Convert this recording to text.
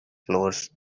floors